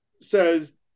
says